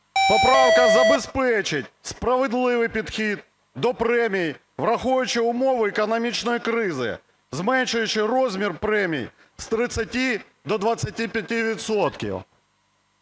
Поправка забезпечить справедливий підхід до премій, враховуючи умови економічної кризи, зменшуючи розмір премій з 30 до 25